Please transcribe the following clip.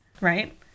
right